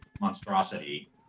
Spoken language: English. monstrosity